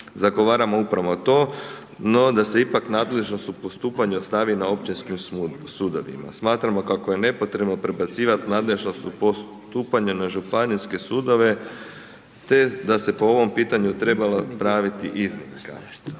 Zagovaramo upravo to no da se ipak nadležnost u postupanju ostavi na općinskim sudovima. Smatramo kako je nepotrebno prebacivati nadležnost u postupanju na županijske sudove te da se po ovom pitanju trebala praviti iznimka.